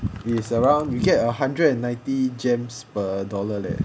is around you get a one hundred and ninety gems per dollar leh